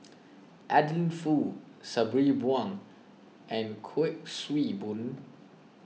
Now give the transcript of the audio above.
Adeline Foo Sabri Buang and Kuik Swee Boon